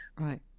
right